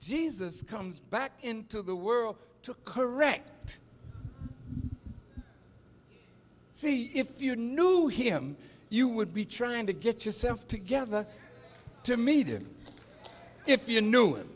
jesus comes back into the world to correct see if you knew him you would be trying to get yourself together to meet him if you knew him